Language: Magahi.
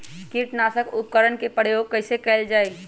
किटनाशक उपकरन का प्रयोग कइसे कियल जाल?